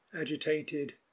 agitated